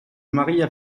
maria